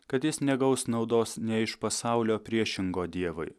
kad jis negaus naudos ne iš pasaulio priešingo dievui